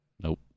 Nope